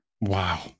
wow